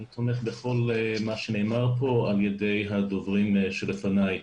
אני תומך בכל מה שנאמר פה על ידי הדוברים שלפניי.